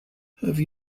have